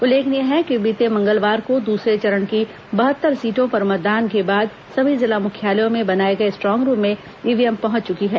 उल्लेखनीय है कि बीते मंगलवार को दूसरे चरण की बहत्तर सीटों पर मतदान के बाद सभी जिला मुख्यालयों में बनाए गए स्ट्रांग रूम में ईव्हीएम पहुंच चुकी है